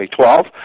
2012